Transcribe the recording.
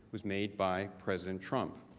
was made by president trump.